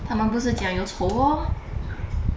他们不是讲有仇哦